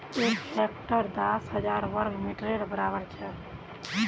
एक हेक्टर दस हजार वर्ग मिटरेर बड़ाबर छे